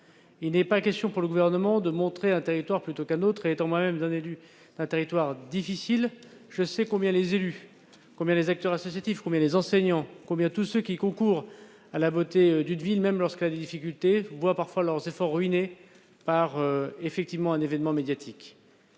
il n'est pas question pour le Gouvernement de désigner un territoire plutôt qu'un autre. Étant moi-même l'élu d'un territoire difficile, je sais combien les élus, les acteurs associatifs et les enseignants, combien tous ceux qui concourent à donner toute sa beauté à une ville, même lorsqu'elle est confrontée à des problèmes, voient parfois leurs efforts ruinés par un événement médiatique.